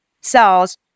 cells